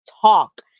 talk